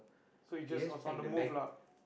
so he just was on the move lah